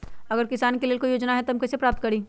अगर किसान के लेल कोई योजना है त हम कईसे प्राप्त करी?